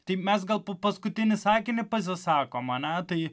tai mes gal po paskutinį sakinį pasisakom ar ne tai